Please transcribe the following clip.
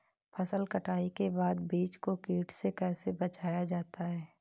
फसल कटाई के बाद बीज को कीट से कैसे बचाया जाता है?